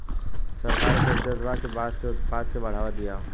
सरकार के उद्देश्य बा कि बांस के उत्पाद के बढ़ावा दियाव